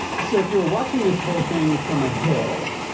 so if you were watching this whole thing from a hill,